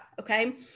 okay